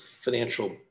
financial